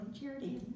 charity